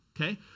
Okay